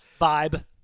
Vibe